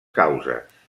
causes